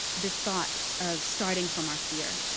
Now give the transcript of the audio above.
this thought of starting from our fear,